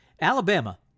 Alabama